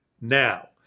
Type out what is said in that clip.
now